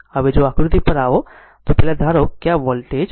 હવે જો આ આકૃતિ પર આવો તો આવો પહેલા ધારો કે જો આ વોલ્ટેજ v છે